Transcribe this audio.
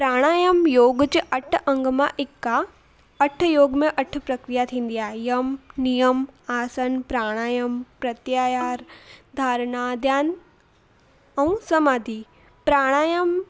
प्राणायाम योग जे अठ अंग मां हिकु आहे अठ योग में अठ प्रक्रिया थींदी आहे यम नियम आसन प्राणायाम प्रत्यायार धारणा ध्यानु ऐं समाधि प्राणायाम